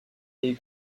les